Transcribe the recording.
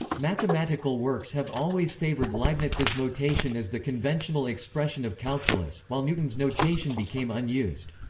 mathematical works have always favored leibniz's notation as the conventional expression of calculus, while newton's notation became unused.